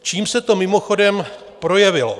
Čím se to mimochodem projevilo?